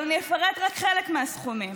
אבל אני אפרט רק חלק מהסכומים: